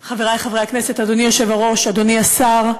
אדוני היושב-ראש, חברי חברי הכנסת, אדוני השר,